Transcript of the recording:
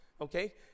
Okay